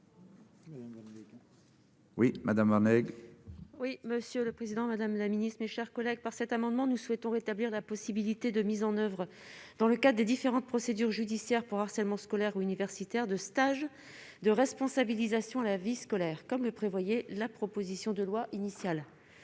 Oui, madame. Oui, monsieur le Président, Madame la Ministre, mes chers collègues par cet amendement, nous souhaitons rétablir la possibilité de mise en oeuvre dans le cas des différentes procédures judiciaires pour harcèlement scolaire ou universitaire de stage de responsabilisation, à la vie scolaire, comme le prévoyait la proposition de loi initial,